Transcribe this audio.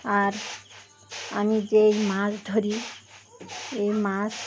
আর আমি যেই মাছ ধরি এই মাছ